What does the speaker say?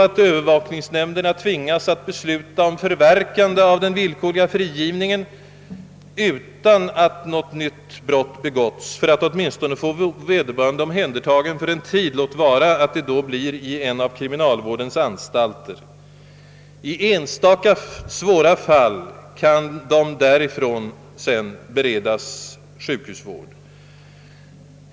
att övervakningsnämnderna tvingas att besluta om förverkande av den villkorliga frigivningen, utan att något nytt brott begåtts, för att åtminstone få vederbörande omhändertagen för en tid, låt vara att det då blir i en av kriminalvårdens anstalter. I enstaka svåra fall kan de därifrån sedan beredas sjukhusvård.